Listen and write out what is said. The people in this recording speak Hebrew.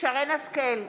שרן מרים השכל,